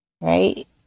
right